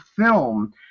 film